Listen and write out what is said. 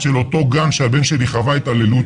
מפקחת של אותו גן שהבן שלי חווה התעללות,